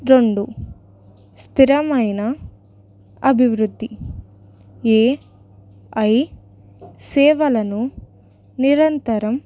రెండు స్థిరమైన అభివృద్ధి ఏ ఐ సేవలను నిరంతరం